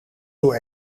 door